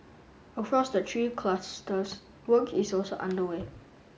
across the three clusters work is also underway